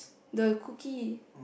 the cookies